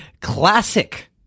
classic